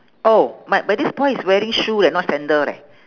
oh my my this boy is wearing shoe leh not sandal leh